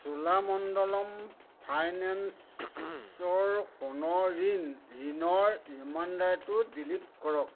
চোলামণ্ডলম ফাইনেন্সৰ সোণৰ ঋণ ঋণৰ ৰিমাইণ্ডাৰটো ডিলিট কৰক